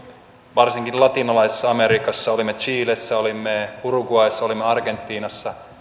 varsinkin latinalaisessa amerikassa olimme chilessä olimme uruguayssa olimme argentiinassa